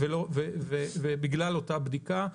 -- בגלל אותה בדיקה.